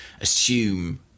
assume